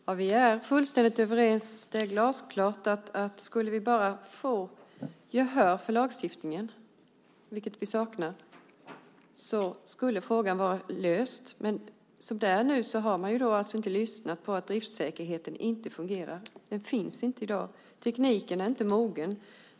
Herr talman! Ja, vi är fullständigt överens. Det är glasklart att skulle vi bara få gehör för lagstiftningen, vilket vi saknar, skulle frågan vara löst. Men som det är nu har man inte lyssnat vad gäller att driftsäkerheten inte fungerar. Den finns inte i dag. Tekniken är inte mogen.